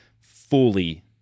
fully